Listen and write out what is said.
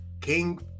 King